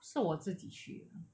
是我自己去的